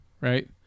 right